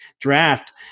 draft